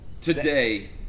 Today